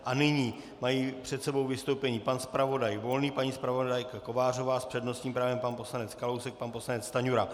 A nyní mají před sebou vystoupení pan zpravodaj Volný, paní zpravodajka Kovářová, s přednostním právem pan poslanec Kalousek, pan poslanec Stanjura.